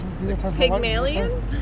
Pygmalion